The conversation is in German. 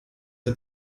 der